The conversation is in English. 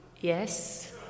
Yes